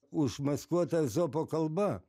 užmaskuota ezopo kalba